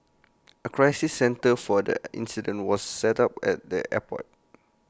A crisis centre for the incident was set up at the airport